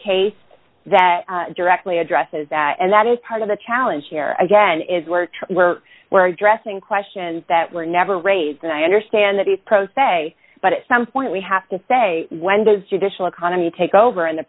case that directly addresses that and that is part of the challenge here again is where we're addressing questions that were never raised and i understand that he's pro se but some point we have to say when does judicial economy take over and the